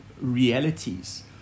realities